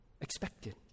expected